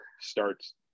starts